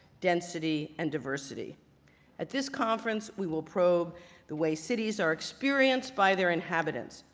density, and diversity at this conference we will probe the way cities are experienced by their inhabitants,